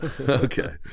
Okay